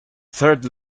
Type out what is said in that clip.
third